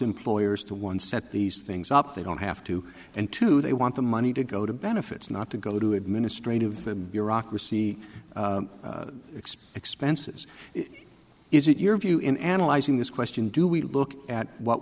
employers to one set these things up they don't have to and two they want the money to go to benefits not to go to administrative bureaucracy expects pence's is it your view in analyzing this question do we look at what